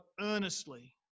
earnestly